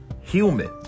human